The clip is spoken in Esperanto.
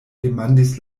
demandis